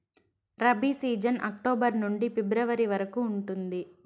rabi season October నుండి February వరకు ఉంటుంది